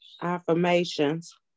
affirmations